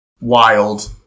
wild